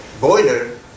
boiler